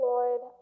Lord